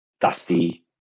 Dusty